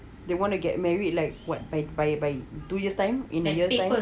they want to get married like what by by by two years time in a year's time